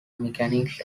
mechanics